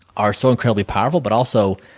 are so incredibly powerful, but also